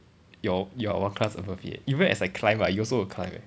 your you are one class above me even as I climb ah you also will climb eh